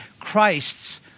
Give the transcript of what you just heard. Christ's